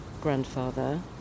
grandfather